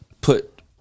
put